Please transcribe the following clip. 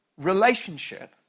relationship